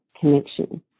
connection